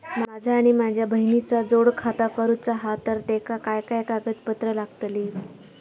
माझा आणि माझ्या बहिणीचा जोड खाता करूचा हा तर तेका काय काय कागदपत्र लागतली?